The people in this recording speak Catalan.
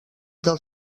del